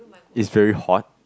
it's very hot